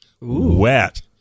wet